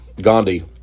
Gandhi